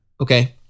Okay